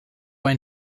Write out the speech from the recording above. ein